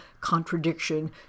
contradiction